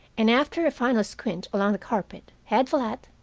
and after a final squint along the carpet, head flat,